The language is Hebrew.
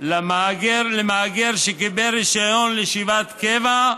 למהגר שקיבל רישיון לישיבת קבע,